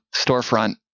Storefront